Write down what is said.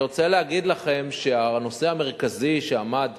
אני רוצה להגיד לכם שהנושא המרכזי שעמד